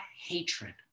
hatred